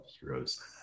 heroes